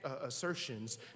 assertions